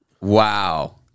Wow